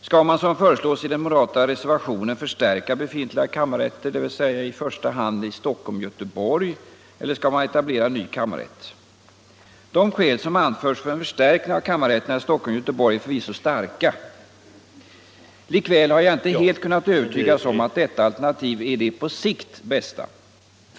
Skall man, som föreslås i den moderata reservationen, förstärka befintliga kammarrätter, dvs. i första hand i Stockholm och Göteborg, eller skall man etablera en ny kammarrätt? De skäl som anförts för en förstärkning av kammarrätterna i Stockholm och Göteborg är förvisso starka. Likväl har jag inte helt kunnat övertygas om att detta alternativ är det på sikt bästa.